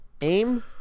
aim